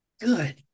Good